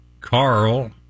Carl